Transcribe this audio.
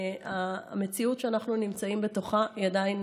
המציאות שאנחנו נמצאים בתוכה היא עדיין